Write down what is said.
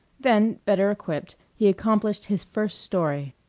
then, better equipped, he accomplished his first story,